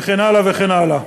וכן הלאה וכן הלאה.